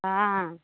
हाँ